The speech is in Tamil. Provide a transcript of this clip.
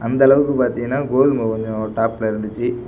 அந்தளவுக்கு பார்த்திங்கன்னா கோதுமை கொஞ்சம் டாப்ல இருந்துச்சு